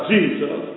Jesus